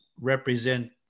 represent